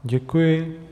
Děkuji.